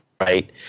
right